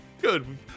Good